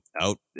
out